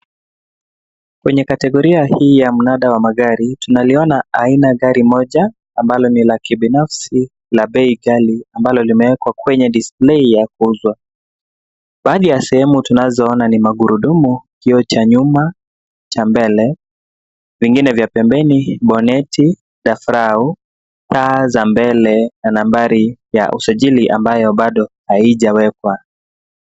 Kwenye kategoria hii ya mnada wa magari tunaliona aina gari moja ambalo ni la kibinafsi la bei kali ambalo limewekwa kwenye display ya kuuzwa. Baadhi ya sehemu tunazoona ni magurudumu, kioo cha nyuma, cha mbele pengine vya pembeni, boneti dafrau, taa za mbele na nambari ya usajili ambayo bado haijawekwa.